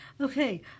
Okay